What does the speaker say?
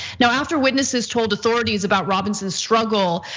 now, after witnesses told authorities about robinson's struggle